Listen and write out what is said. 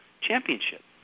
championship